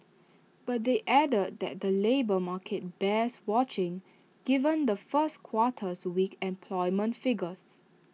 but they added that the labour market bears watching given the first quarter's weak employment figures